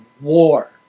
war